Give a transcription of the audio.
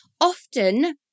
often